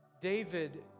David